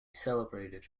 celebrated